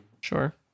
Sure